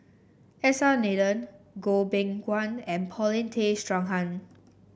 S R Nathan Goh Beng Kwan and Paulin Tay Straughan